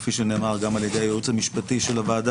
כפי שנאמר גם על ידי הייעוץ המשפטי של הוועדה,